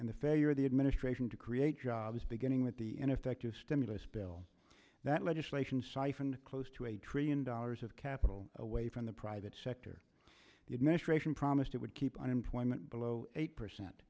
and the failure of the administration to create jobs beginning with the ineffective stimulus bill that legislation siphoned close to a trillion dollars of capital away from the private sector the administration promised it would keep unemployment below eight percent